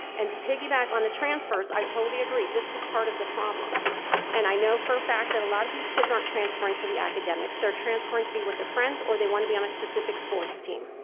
and to piggyback on the transfers, i totally agree. this is part of the problem and i know for a fact that a lot of these kids aren't transferring for the academics, they're transferring to be with the friends or they wanna be on a specific sports team.